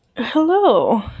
Hello